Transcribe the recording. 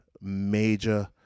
major